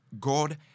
God